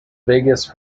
biggest